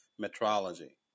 metrology